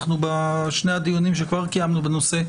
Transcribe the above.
בשני הדיונים שכבר קיימנו בנושא,